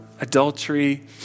Adultery